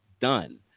done